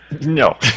No